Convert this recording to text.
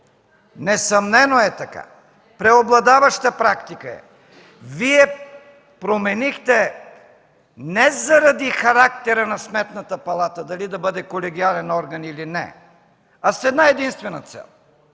Несъмнено е така, преобладаваща практика е. Вие променихте не заради характера на Сметната палата дали да бъде колегиален орган, или не, а с една-единствена цел